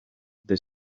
they